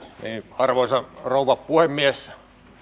arvoisa rouva puhemies